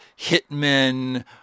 hitmen